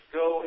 go